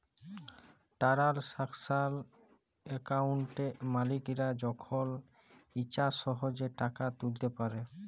টারালসাকশাল একাউলটে মালিকরা যখল ইছা সহজে টাকা তুইলতে পারে